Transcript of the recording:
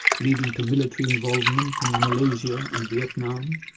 leading to military involvement in malaysia and vietnam